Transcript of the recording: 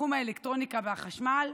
תחום האלקטרוניקה והחשמל,